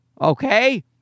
okay